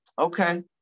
Okay